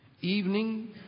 evening